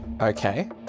Okay